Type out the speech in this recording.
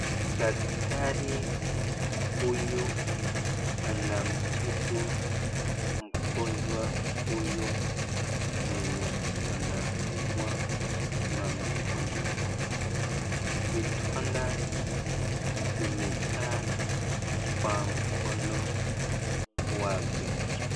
Daktari huyu anamtibu mgonjwa huyu mwenye anaumwa na mkono vidonda zimejaa kwa mkono wake.